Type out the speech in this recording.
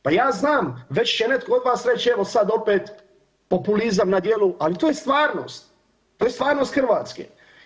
Pa ja znam već će netko od vas reći evo sad opet populizam na djelu, ali to je stvarnost, to je stvarnost Hrvatske.